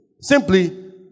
Simply